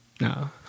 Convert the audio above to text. No